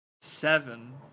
Seven